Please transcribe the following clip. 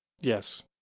Yes